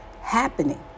happening